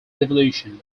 devolution